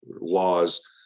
laws